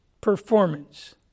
performance